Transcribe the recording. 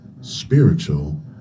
spiritual